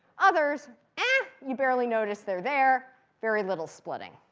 others ah you barely notice they're there. very little splitting.